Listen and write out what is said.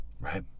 right